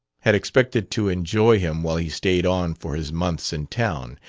had expected to enjoy him while he stayed on for his months in town,